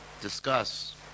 discuss